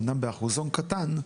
אמנם באחוזון קטן,